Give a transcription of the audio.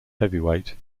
heavyweight